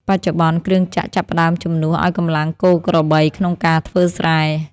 បច្ចុប្បន្ន គ្រឿងចក្រចាប់ផ្ដើមជំនួសឱ្យកម្លាំងគោក្របីក្នុងការធ្វើស្រែ។